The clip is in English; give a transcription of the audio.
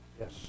Yes